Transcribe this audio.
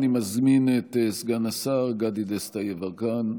אני מזמין את סגן השר גדי דסטה יברקן,